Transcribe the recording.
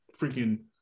freaking